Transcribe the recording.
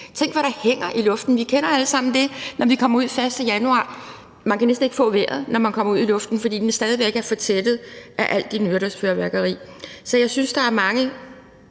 Tænk, hvad der hænger i luften. Vi kender alle sammen det, når vi kommer ud 1. januar, at man næsten ikke kan få vejret, når man kommer ud i luften, fordi den stadig væk er fortættet af alt det nytårsfyrværkeri. Så jeg synes, der er mange